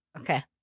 Okay